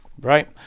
Right